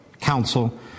counsel